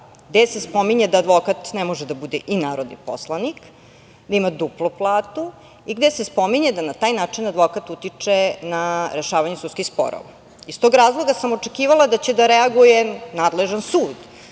gde se spominje da advokat ne može da bude i narodni poslanik, da ima duplu platu i gde se spominje da na taj način advokat utiče na rešavanje sudskih sporova. Iz tog razloga sam očekivala da će da reaguje nadležan sud,